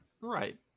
Right